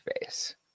face